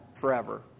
forever